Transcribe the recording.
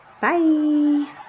Bye